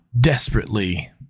desperately